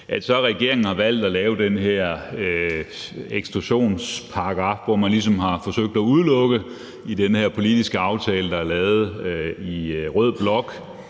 At regeringen så har valgt at lave den her eksklusionsparagraf, hvor man ligesom har forsøgt at udelukke i den her politiske aftale, der er lavet i rød blok,